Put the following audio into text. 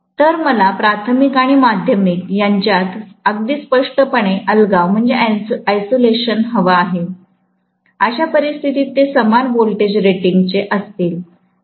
तर मला प्राथमिक आणि माध्यमिक यांच्यात अगदी स्पष्टपणे अलगाव हवा आहे अशा परिस्थितीत ते समान व्होल्टेज रेटिंगचे असतील